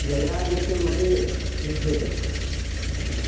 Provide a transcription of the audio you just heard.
व्ययाधिक्यम् अपि वि विद्यते